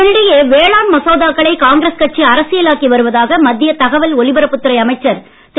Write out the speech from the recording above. இதனிடையே வேளாண் மசோதாக்களை காங்கிரஸ் கட்சி அரசியலாக்கி வருவதாக மத்திய தகவல் ஒலிபரப்புத் துறை அமைச்சர் திரு